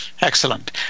Excellent